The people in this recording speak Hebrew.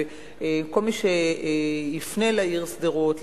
וכל מי שיפנה לעיר שדרות,